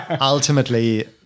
ultimately